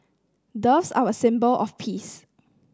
doves are a symbol of peace